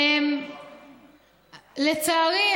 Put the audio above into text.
לצערי,